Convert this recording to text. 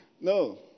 No